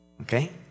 Okay